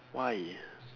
why